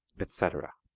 etc.